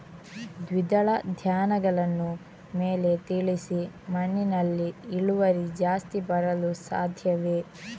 ದ್ವಿದಳ ಧ್ಯಾನಗಳನ್ನು ಮೇಲೆ ತಿಳಿಸಿ ಮಣ್ಣಿನಲ್ಲಿ ಇಳುವರಿ ಜಾಸ್ತಿ ಬರಲು ಸಾಧ್ಯವೇ?